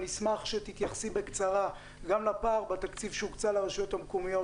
אני אשמח שתתייחסי בקצרה גם לפער בתקציב שהוקצה לרשויות המקומיות,